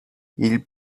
ils